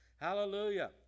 Hallelujah